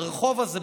ברחוב הזה,